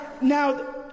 now